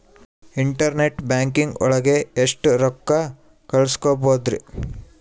Internet banking ಒಳಗೆ ಎಷ್ಟ್ ರೊಕ್ಕ ಕಲ್ಸ್ಬೋದ್ ರಿ?